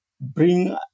bring